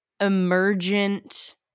emergent